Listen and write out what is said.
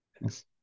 Yes